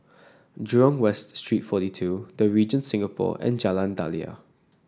Jurong West Street forty two The Regent Singapore and Jalan Daliah